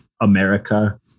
america